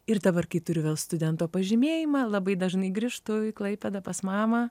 ir dabar kai turiu vėl studento pažymėjimą labai dažnai grįžtu į klaipėdą pas mamą